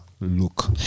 look